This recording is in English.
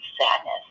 sadness